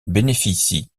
bénéficie